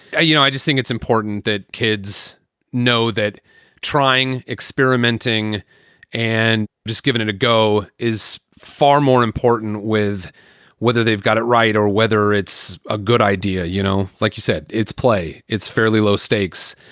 ah you know i just think it's important that kids know that trying, experimenting and just giving it a go is far more important with whether they've got it right or whether it's a good idea. you know, like you said, it's play. it's fairly low stakes.